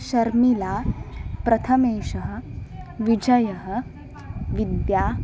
शर्मिळा प्रथमेशः विजयः विद्या